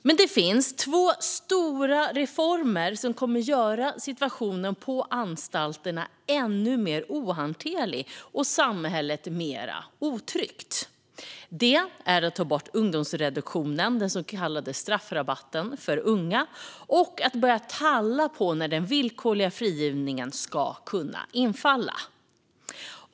Men det finns två stora reformer som kommer att göra situationen på anstalterna ännu mer ohanterlig och samhället mer otryggt. Det är att ta bort ungdomsreduktionen, den så kallade straffrabatten för unga, och att börja talla på när den villkorliga frigivningen ska kunna infalla.